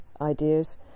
ideas